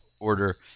Order